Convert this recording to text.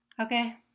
Okay